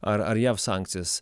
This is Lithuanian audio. ar ar jav sankcijas